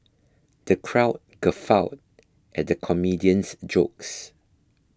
the crowd guffawed at the comedian's jokes